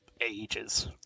ages